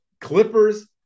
Clippers